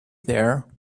there